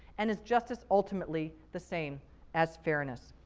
and is justice ultimately the same as fairness?